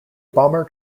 bomber